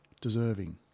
deserving